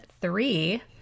three